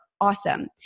Awesome